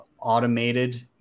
Automated